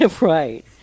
Right